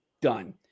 done